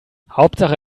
hauptsache